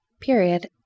Period